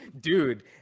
dude